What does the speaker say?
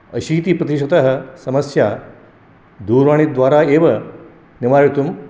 अशीतिप्रतिशतसमस्या दूरवाणिद्वारा एव निवारितुं